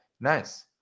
nice